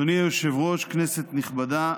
אדוני היושב-ראש, כנסת נכבדה,